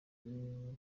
ubusabe